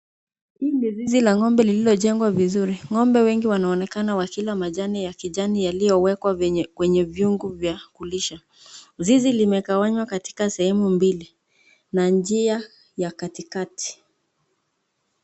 Hii ni zizi la ng'ombe lililojengwa vizuri, ng'ombe wengi wanaonekana wakila majani ya kijani yaliyowekwa kwenye vyungu vya kulisha zizi limegawanywa katika sehemu mbili, na njia ya katikati.